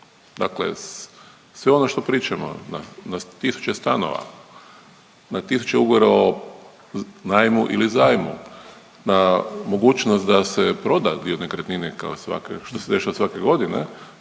dakle sve ono što pričamo, na tisuće stanova, na tisuće ugovora o najmu ili zajmu, na mogućnost da se proda dio nekretnine kao i svake, što se dešava svake godine,